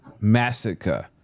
Massacre